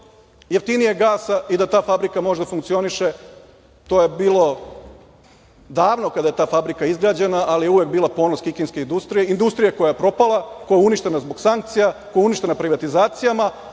jeftinijeg gasa i da ta fabrika može da funkcioniše, to je bilo davno kada je ta fabrika izgrađena, ali je uvek bila ponos kikindske industrije koja je propala, koja je uništena zbog sankcija, koja je uništena privatizacijama,